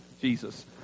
Jesus